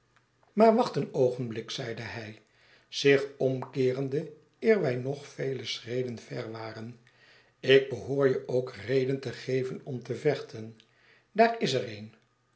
maar wacht een oogenblik zeide hij zich omkeerende eer wij nog vele schreden ver waren ik behoor je ook reden te geven om te vechten daar is er een